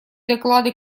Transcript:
доклады